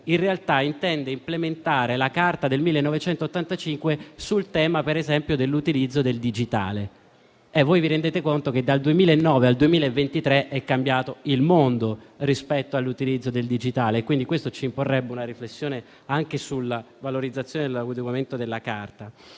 in realtà, intende implementare la Carta del 1985 sul tema dell'utilizzo del digitale. Voi vi rendete conto che, dal 2009 al 2023, è cambiato il mondo rispetto all'utilizzo del digitale. Questo, quindi, ci imporrebbe una riflessione anche sulla valorizzazione dell'adeguamento della Carta.